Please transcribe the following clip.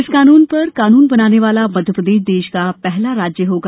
इस पर कानून बनाने वाला मध्यप्रदेश देश का पहला राज्य होगा